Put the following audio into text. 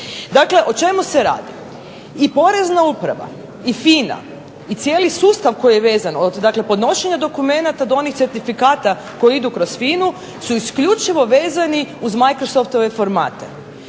Dakle, o čemu se radi. I POrezna uprava i FINA i cijeli sustav koji je vezan od podnošenja dokumenata do onih certifikata koji idu kroz FINA-u su isključivo vezani u microsoftove formate.